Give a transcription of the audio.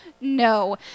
no